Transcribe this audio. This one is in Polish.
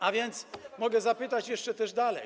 A więc mogę zapytać jeszcze dalej.